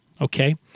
Okay